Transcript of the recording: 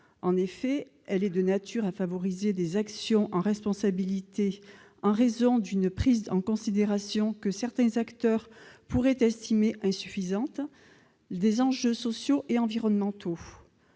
En effet, ce texte est de nature à favoriser des actions en responsabilité liées à la prise en considération, que certains acteurs pourraient estimer insuffisante, des enjeux sociaux et environnementaux.